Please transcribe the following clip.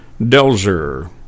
delzer